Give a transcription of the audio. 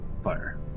fire